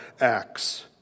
acts